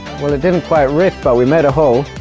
well it didn't quite rip but we made a hole!